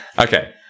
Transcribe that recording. Okay